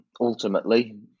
ultimately